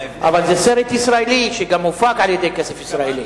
אבל זה סרט ישראלי, שגם הופק על-ידי כסף ישראלי.